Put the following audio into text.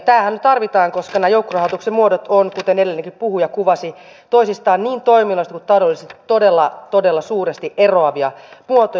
tämähän tarvitaan koska nämä joukkorahoituksen muodot ovat kuten edellinenkin puhuja kuvasi toisistaan niin toiminnallisesti kuin taloudellisesti todella todella suuresti eroavia muotoja